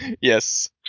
Yes